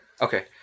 Okay